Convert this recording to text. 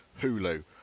Hulu